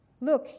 look